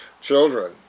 children